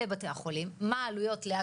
מה העלויות לבתי החולים,